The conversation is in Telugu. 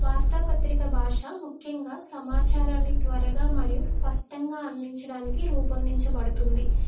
వార్తాపత్రిక భాష ముఖ్యంగా సమాచారాన్ని త్వరగా మరియు స్పష్టంగా అందించడానికి రూపొందించబడుతుంది